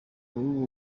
ubu